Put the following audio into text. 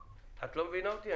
את לא מבינה אותי?